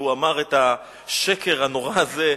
והוא אמר את השקר הנורא הזה,